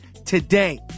Today